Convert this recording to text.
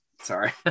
sorry